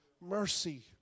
mercy